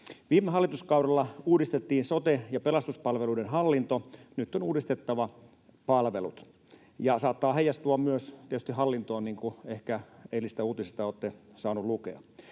Viime hallituskaudella uudistettiin sote- ja pelastuspalveluiden hallinto, nyt on uudistettava palvelut, ja saattaa heijastua myös tietysti hallintoon, niin kuin ehkä eilisistä uutisista olette saaneet lukea.